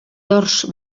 dors